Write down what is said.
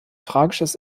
tragisches